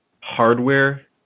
hardware